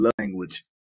language